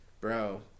Bro